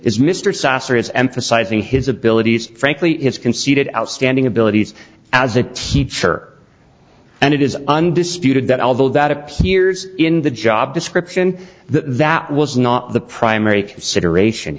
is mr sasser is emphasizing his abilities frankly has conceded outstanding abilities as a teacher and it is undisputed that although that appears in the job description that was not the primary consideration